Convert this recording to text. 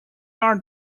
are